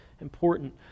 important